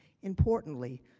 importantly,